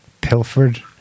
pilfered